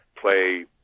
play